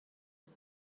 خوش